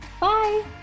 Bye